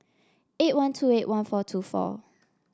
eight one two eight one four two four